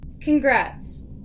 Congrats